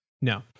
No